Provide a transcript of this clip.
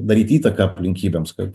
daryt įtaką aplinkybėms ka